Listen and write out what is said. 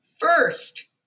First